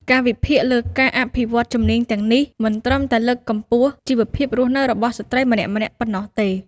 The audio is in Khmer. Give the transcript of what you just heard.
ការវិនិយោគលើការអភិវឌ្ឍជំនាញទាំងនេះ មិនត្រឹមតែលើកកម្ពស់ជីវភាពរស់នៅរបស់ស្ត្រីម្នាក់ៗប៉ុណ្ណោះទេ។